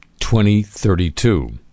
2032